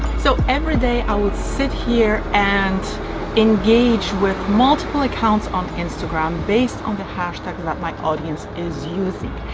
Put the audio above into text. so every day i would sit here and engage with multiple accounts on instagram based on the hashtags that my audience is using.